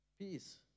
Peace